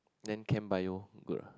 then chem bio good ah